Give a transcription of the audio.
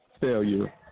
failure